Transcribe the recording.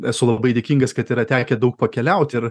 esu labai dėkingas kad yra tekę daug pakeliaut ir